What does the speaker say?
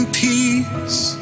peace